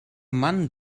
mann